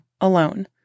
alone